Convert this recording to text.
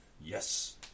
Yes